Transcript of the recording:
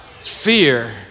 fear